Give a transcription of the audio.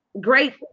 great